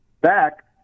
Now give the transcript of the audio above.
back